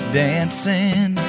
dancing